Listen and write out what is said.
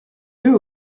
eux